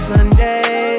Sunday